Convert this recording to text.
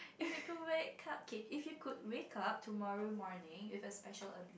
if you could make cupcake if you wake up tomorrow morning with a special abi~